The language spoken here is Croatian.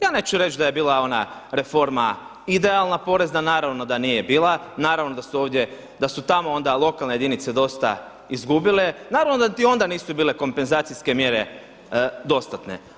Ja neću reći da je bila ona reforma idealna porezna, naravno da nije bila, naravno da su ovdje, da su tamo onda lokalne jedinice dosta izgubile, naravno da niti onda nisu bile kompenzacijske mjere dostatne.